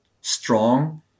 strong